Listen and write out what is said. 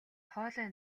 хоолой